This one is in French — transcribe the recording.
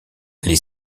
les